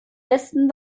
besten